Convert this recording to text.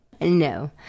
No